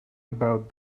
about